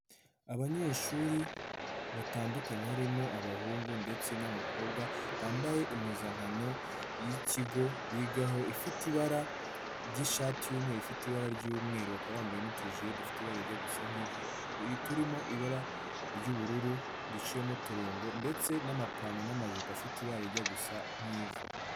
Abanyeshuri batandukanye harimo abahungu ndetse n'abakobwa, bambaye impuzankano y'ikigo bigaho ifite ibara ry'ishati y'umweru ifite ibara ry'umweru, bakaba bambaye n'utujire dufite ibara rijya gusa nk'ivu turimo ibara ry'ubururu riciyemo uturongo ndetse n'amapantaro n'amajipo afite ibara rijya gusa nk'ivu.